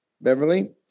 Beverly